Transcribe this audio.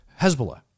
Hezbollah